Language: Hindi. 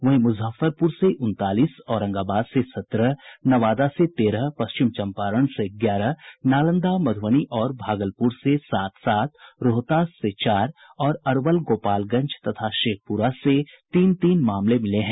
वहीं मुजफ्फरपुर से उनतालीस औरंगाबाद से सत्रह नवादा से तेरह पश्चिम चंपारण से ग्यारह नालंदा मधुबनी और भागलपुर से सात सात रोहतास से चार और अरवल गोपालगंज तथा शेखपुरा से तीन तीन मामले मिले हैं